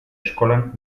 eskolan